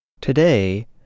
Today